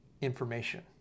information